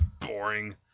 boring